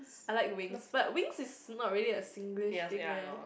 I like winks but winks is not really a Singlish thing eh